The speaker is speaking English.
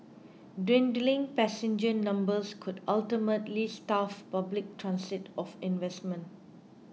dwindling passenger numbers could ultimately starve public transit of investment